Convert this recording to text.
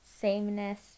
sameness